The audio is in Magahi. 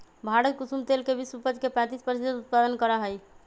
भारत कुसुम तेल के विश्व उपज के पैंतीस प्रतिशत उत्पादन करा हई